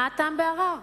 מה הטעם בערר?